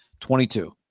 22